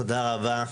תודה רבה.